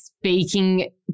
speaking